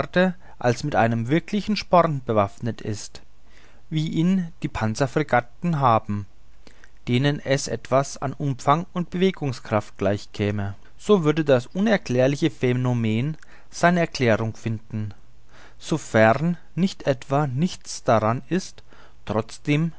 als mit einem wirklichen sporn bewaffnet ist wie ihn die panzerfregatten haben denen es etwa an umfang und bewegungskraft gleich käme so würde das unerklärliche phänomen seine erklärung finden sofern nicht etwa nichts daran ist trotz